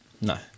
No